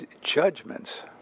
judgments